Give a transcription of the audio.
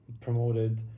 promoted